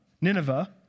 Nineveh